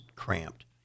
Cramped